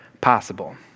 possible